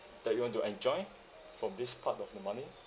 that you want to enjoy from this part of the money